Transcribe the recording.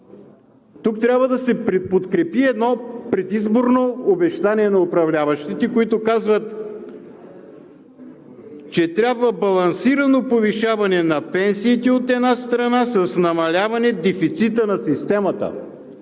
че трябва да се подкрепи едно предизборно обещание на управляващите, които казват, че трябва балансирано повишаване на пенсиите, от една страна, с намаляване на дефицита на системата